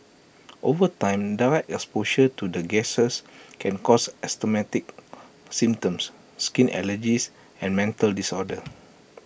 over time direct exposure to the gases can cause asthmatic symptoms skin allergies and mental disorders